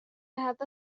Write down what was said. هذا